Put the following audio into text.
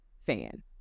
fan